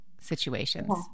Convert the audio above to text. situations